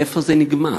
איפה זה נגמר?